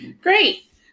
great